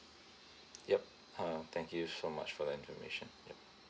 yup uh thank you so much for the information yup